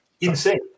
insane